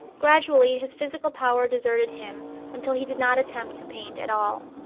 gradually his physical power deserted him until he did not attempt to paint at all.